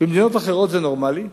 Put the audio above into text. במדינות אחרות זה נורמלי.